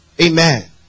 Amen